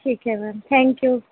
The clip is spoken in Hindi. ठीक है मैम थैंक यू